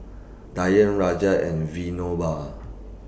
Dhyan Raja and Vinoba